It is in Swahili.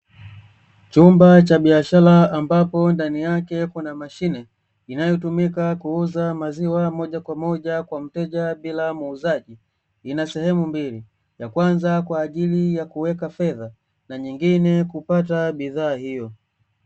Chumba cha biashara mbapo ndani yake kuna mashine inayotumika kuuza maziwa moja kwa moja kwa mteja bila muuzaji, ina sehemu mbili yakwanza kwaajili ya kuweka fedha na nyingine kupata bidhaa hiyo.